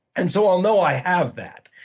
and so i'll know i have that.